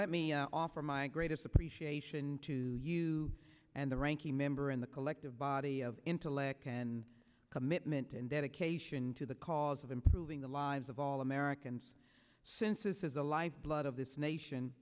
let me offer my greatest appreciation to you and the ranking member in the collective body of intellect and commitment and dedication to the cause of improving the lives of all americans since this is a live blood of this nation